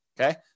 Okay